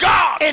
God